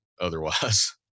otherwise